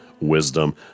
Wisdom